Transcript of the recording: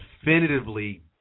definitively